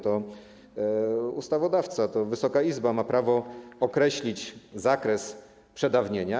To ustawodawca, to Wysoka Izba ma prawo określić zakres przedawnienia.